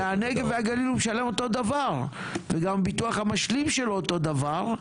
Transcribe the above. בנגב ובגליל הוא משלם אותו דבר וגם הביטוח המשלים שלו אותו דבר,